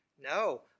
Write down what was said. No